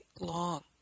long